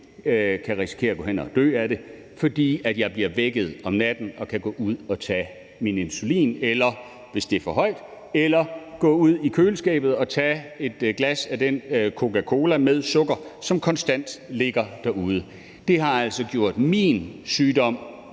kan risikere at gå hen og dø af det, for jeg bliver vækket om natten og kan gå ud og tage min insulin, hvis det er for højt, eller jeg kan gå ud i køleskabet og tage et glas af den Coca-Cola med sukker, som konstant ligger derude. Det har altså gjort min sygdom